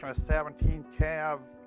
ah seventeen calv's.